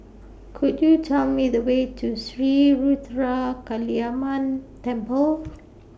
Could YOU Tell Me The Way to Sri Ruthra Kaliamman Temple